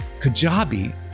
Kajabi